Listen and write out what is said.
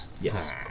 Yes